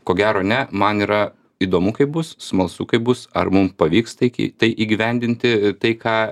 ko gero ne man yra įdomu kaip bus smalsu kaip bus ar mum pavyks taikiai tai įgyvendinti tai ką